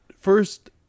First